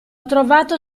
trovato